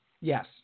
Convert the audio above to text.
Yes